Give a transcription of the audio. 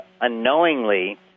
unknowingly